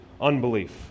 unbelief